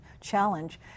challenge